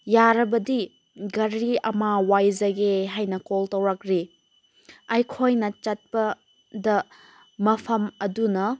ꯌꯥꯔꯕꯗꯤ ꯒꯥꯔꯤ ꯑꯃ ꯋꯥꯏꯖꯒꯦ ꯍꯥꯏꯅ ꯀꯣꯜ ꯇꯧꯔꯛꯂꯤ ꯑꯩꯈꯣꯏꯅ ꯆꯠꯄꯗ ꯃꯐꯝ ꯑꯗꯨꯅ